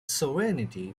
sovereignty